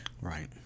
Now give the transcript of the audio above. right